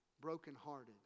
brokenhearted